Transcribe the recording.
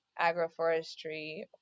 agroforestry